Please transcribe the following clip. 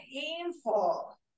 painful